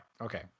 Okay